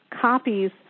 copies